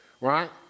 right